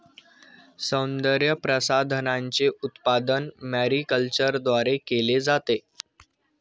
सौंदर्यप्रसाधनांचे उत्पादन मॅरीकल्चरद्वारे केले जाते